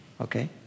okay